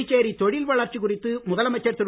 புதுச்சேரி தொழில் வளர்ச்சி குறித்து முதலமைச்சர் திரு